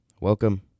welcome